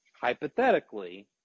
hypothetically